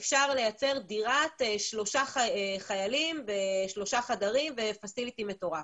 אפשר לייצר דירת שלושה חיילים בשלושה חדרים ומתקנים טובים.